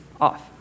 off